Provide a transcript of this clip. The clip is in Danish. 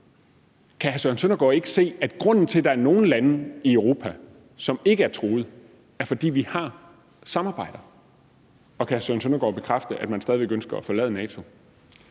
hr. Søren Søndergaard ikke se, at grunden til, at der er nogle lande i Europa, som ikke er truet, er, at vi har samarbejder? Og kan hr. Søren Søndergaard bekræfte, at man stadig væk ønsker at forlade NATO?